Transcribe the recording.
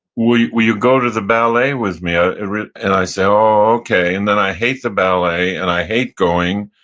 will will go to the ballet with me? ah and i say, oh, okay. and then i hate the ballet, and i hate going.